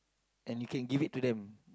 and you can give it to them